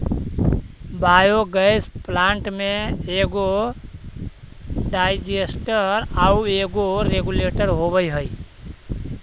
biogas plant में एगो digester आउ एगो रेगुलेटर होवऽ हई